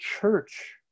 church